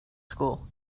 school